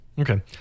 Okay